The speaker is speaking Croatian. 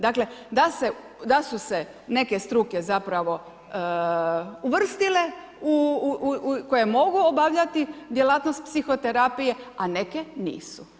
Dakle da su se neke strke zapravo uvrstile koje mogu obavljati djelatnost psihoterapije a neke nisu.